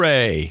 Ray